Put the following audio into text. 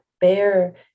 bear